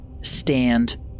stand